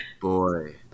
boy